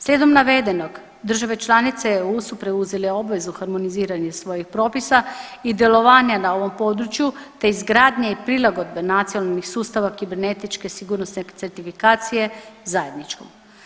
Slijedom navedenog države članice EU su preuzele obvezu harmoniziranja svojih propisa i djelovanja na ovom području te izgradnje i prilagodbe nacionalnih sustava kibernetičke sigurnosne certifikacije zajedničko.